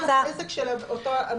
העסק של אותו מעסיק.